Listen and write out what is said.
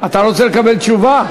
אתה רוצה לקבל תשובה?